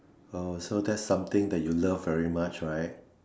oh so that's something that you love very much right